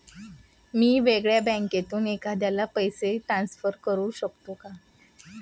मी वेगळ्या बँकेतून एखाद्याला पैसे ट्रान्सफर करू शकतो का?